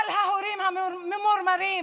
על ההורים הממורמרים,